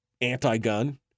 anti-gun